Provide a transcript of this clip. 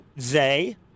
Zay